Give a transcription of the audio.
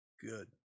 good